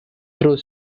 through